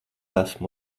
esmu